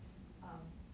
um